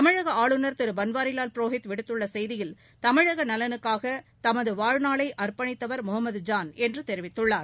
தமிழக ஆளுநர் திரு பன்வாரிவால் புரோகித் விடுத்துள்ள செய்தியில் தமிழக நலனுக்காக தமது வாழ்நாளை அர்ப்பணித்தவர் முகமது ஜான் என்று தெரிவித்துள்ளார்